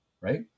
right